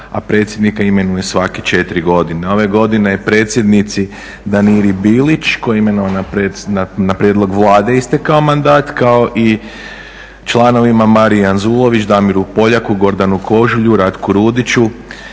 a predsjednika imenuje svake četiri godine. Ove godine predsjednici Daniri Bilić koja je imenova na prijedlog Vlade, istekao mandat kao i članovima Mariji Anzulović, Damiru Poljaku, Gordanu Kožulju, Ratku Rudiću